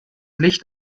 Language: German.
licht